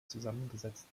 zusammengesetzt